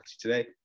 today